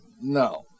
No